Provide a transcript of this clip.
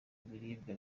biribwa